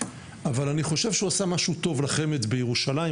אבל אני חושב שהוא עשה משהו טוב לחמ"ד בירושלים,